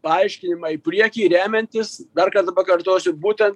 paaiškinimą į priekį remiantis dar kartą pakartosiu būtent